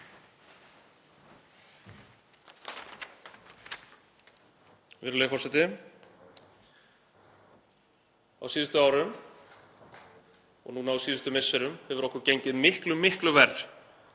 Virðulegur forseti. Á síðustu árum og núna á síðustu misserum hefur okkur gengið miklu verr